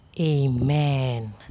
Amen